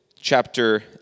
chapter